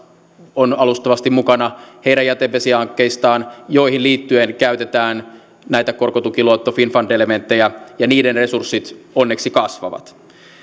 on alustavasti mukana heidän jätevesihankkeistaan joihin liittyen käytetään näitä korkotukiluotto finnfund elementtejä ja niiden resurssit onneksi kasvavat